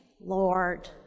Lord